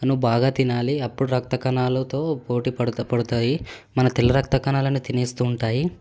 బాగా తినాలి అప్పుడు రక్త కణాలుతో పోటీ పడత పడతాయి మన తెల్ల రక్త కణాలని తినేస్తూ ఉంటాయి